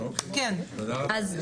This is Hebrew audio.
אוקיי, תודה רבה.